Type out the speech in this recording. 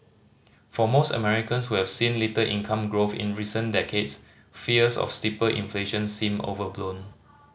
for most Americans who have seen little income growth in recent decades fears of steeper inflation seem overblown